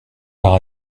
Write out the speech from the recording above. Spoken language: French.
par